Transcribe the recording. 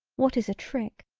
what is a trick,